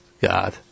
God